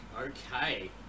Okay